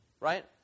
right